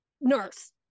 nurse